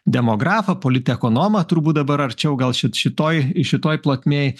demografą politekonomą turbūt dabar arčiau gal šit šitoj šitoj plotmėj